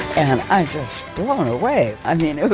and i'm just blown away. i mean,